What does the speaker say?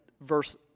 verse